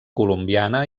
colombiana